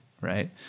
right